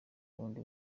bundi